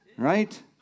right